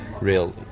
real